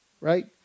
right